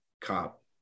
cop